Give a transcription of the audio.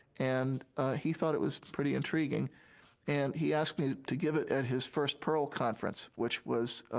and he thought it was pretty intriguing and he asked me to give it at his first perl conference, which was